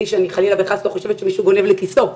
לא שחלילה וחס לא חושבת שמישהו גונב לכיסו.